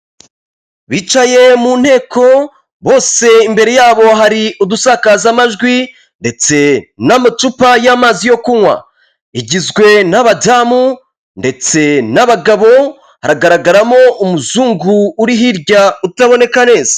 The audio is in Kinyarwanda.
Bicaye mu nteko bose imbere yabo hari udusakaza amajwi ndetse n'amacupa y'amazi yo kunywa igizwe n'abadamu ndetse n'abagabo haragaragaramo umuzungu uri hirya utaboneka neza .